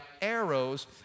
arrows